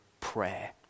prayer